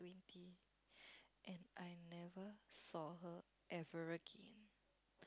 twenty and I never saw her ever again